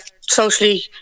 socially